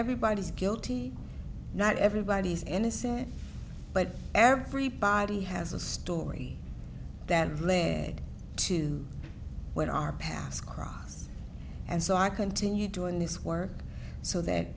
everybody's guilty not everybody is innocent but everybody has a story that lead to when our pass cross and so i continue doing this work so that